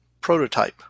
prototype